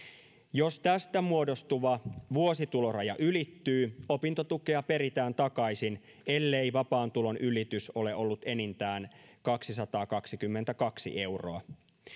jos tästä muodostuva vuosituloraja ylittyy opintotukea peritään takaisin ellei vapaan tulon ylitys ole ollut enintään kaksisataakaksikymmentäkaksi euroa